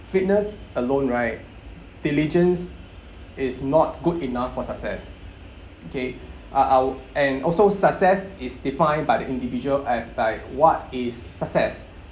fitness alone right diligence is not good enough for success okay uh our and also success is defined by the individual as by what is success